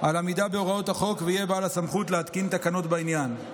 על עמידה בהוראות החוק ויהיה בעל הסמכות לתקן תקנות בעניין.